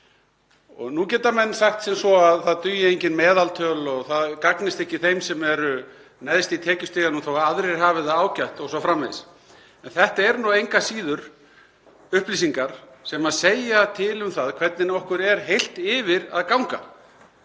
Nú geta menn sagt sem svo að það dugi engin meðaltöl og þau gagnist ekki þeim sem eru neðst í tekjustiganum þó að aðrir hafi það ágætt o.s.frv., en þetta eru engu að síður upplýsingar sem segja til um það hvernig okkur gengur heilt yfir. Hv.